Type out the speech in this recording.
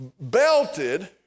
belted